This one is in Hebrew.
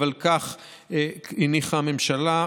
אבל כך הניחה הממשלה,